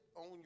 on